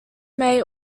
may